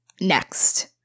next